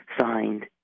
signed